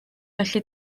felly